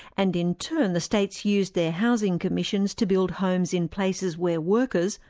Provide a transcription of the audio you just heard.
and in turn the states used their housing commissions to build homes in places where workers,